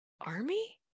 Army